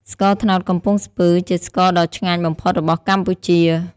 ស្ករត្នោតកំពង់ស្ពឺ ជាស្ករដ៏ឆ្ងាញ់បំផុតរបស់កម្ពុជា។